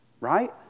Right